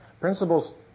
Principles